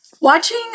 Watching